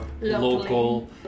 local